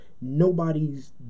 Nobody's